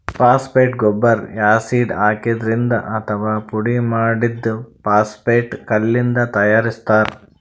phosphate ಗೊಬ್ಬರ್ acid ಹಾಕಿದ್ರಿಂದ್ ಅಥವಾ ಪುಡಿಮಾಡಿದ್ದ್ ಫಾಸ್ಫೇಟ್ ಕಲ್ಲಿಂದ್ ತಯಾರಿಸ್ತಾರ್